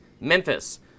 Memphis